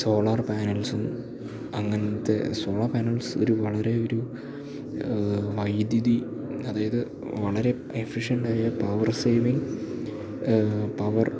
solar പാനൽസും അങ്ങനത്തെ solar panels ഒരു വളരെ ഒരു വൈദ്യുതി അതായത് വളരെ എഫിഷ്യന്റായ പവർ സേവിങ് പവർ